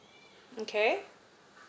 okay